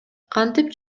кантип